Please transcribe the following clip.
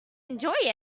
enjoy